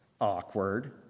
Awkward